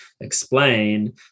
explain